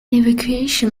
evacuation